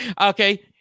okay